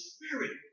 Spirit